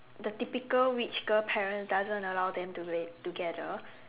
the typical rich girl parents doesn't allow them to live together